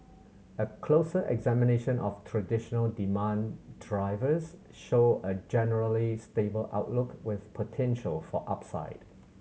a closer examination of traditional demand drivers show a generally stable outlook with potential for upside